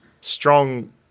strong